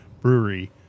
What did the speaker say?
brewery